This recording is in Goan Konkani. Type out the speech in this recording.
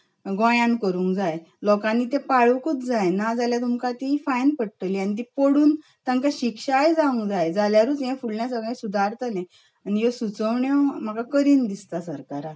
गोंयांत करूंक जाय लोकांनी ते पाळुंकूच जाय नाजाल्यार तुमकां ती फायन पडटली आनी ती पडून तांकां शिक्षाय जावंक जाय जाल्यारूच हें फुडलें सगळें सुदारतलें आनी ह्यो सुचोवण्यो म्हाका करीन दिसता सरकाराक